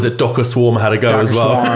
ah docker swarm had a go as well.